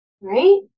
right